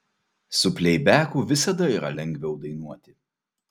su pleibeku visada yra lengviau dainuoti